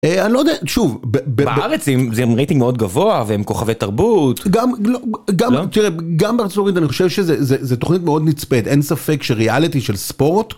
אני לא יודע, שוב, בארץ הם רייטינג מאוד גבוה, והם כוכבי תרבות, גם תראה גם בארה״ב אני חושב שזה תוכנית מאוד נצפית, אין ספק שריאליטי של ספורט.